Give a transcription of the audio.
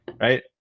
right